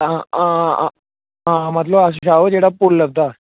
आम मतलब अस जन्नेआं जेह्डा पुल लभदा ऐ